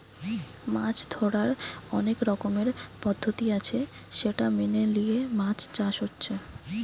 মাছ ধোরার অনেক রকমের পদ্ধতি আছে সেটা মেনে লিয়ে মাছ চাষ হচ্ছে